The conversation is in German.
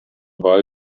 wahl